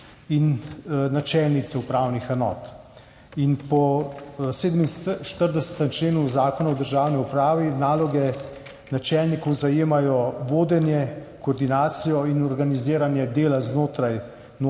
in načelnice upravnih enot. Po 47. členu Zakona o državni upravi naloge načelnikov zajemajo vodenje, koordinacijo in organiziranje dela znotraj notranje